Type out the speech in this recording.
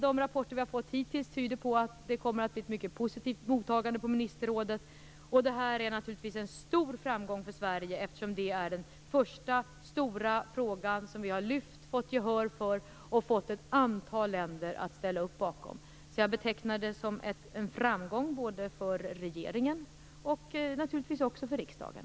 De rapporter vi har fått hittills tyder på att det kommer att bli ett mycket positivt mottagande på ministerrådet. Det här är naturligtvis en stor framgång för Sverige, eftersom det är den första stora frågan som vi har lyft, fått gehör för och fått ett antal länder att ställa upp bakom. Jag betecknar det som en framgång för både regeringen och riksdagen.